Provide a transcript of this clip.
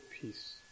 peace